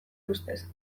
ustez